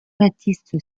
baptiste